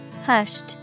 Hushed